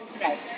Right